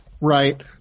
right